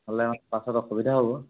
নহ'লে আৰু পাছত অসুবিধা হ'ব